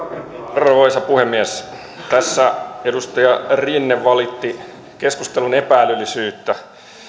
arvoisa puhemies tässä edustaja rinne valitti keskustelun epä älyllisyyttä